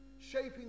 Shaping